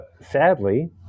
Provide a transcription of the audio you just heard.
sadly